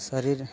શરીર